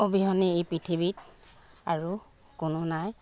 অবিহনে এই পৃথিৱীত আৰু কোনো নাই